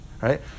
Right